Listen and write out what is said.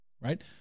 right